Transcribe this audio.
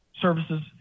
services